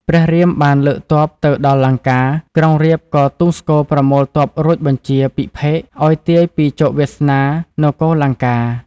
ព្រះរាមបានលើកទ័ពទៅដល់លង្កា ក្រុងរាពណ៍ក៏ទូងស្គរប្រមូលទ័ពរួចបញ្ជា ពិភេកឱ្យទាយពីជោគវាសនានគរលង្កា។